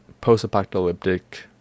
Post-apocalyptic